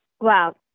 Wow